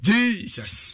Jesus